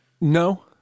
No